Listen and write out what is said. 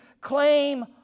claim